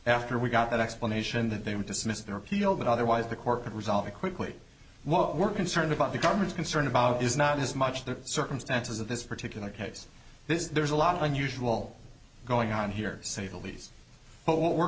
after we got that explanation that they would dismiss their appeal that otherwise the court could resolve it quickly what we're concerned about the government's concern about is not as much the circumstances of this particular case this there's a lot of unusual going on here say the least but what we're